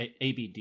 ABD